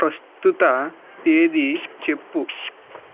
ప్రస్తుత తేదీ చెప్పు